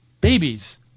Babies